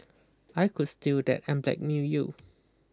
I could steal that and blackmail you